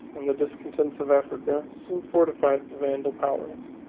and the discontents of africa, soon fortified the vandal powers,